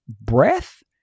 breath